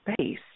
space